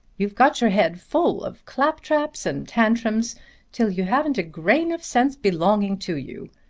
you've got your head full of claptraps and tantrums till you haven't a grain of sense belonging to you.